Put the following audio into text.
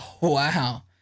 Wow